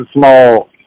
small